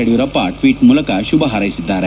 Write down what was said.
Yediyurappa tweet ಮೂಲಕ ಶುಭ ಹಾರ್ಯೆಸಿದ್ದಾರೆ